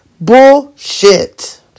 Bullshit